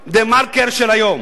"דה-מרקר" של היום.